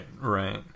right